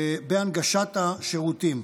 בהנגשת השירותים.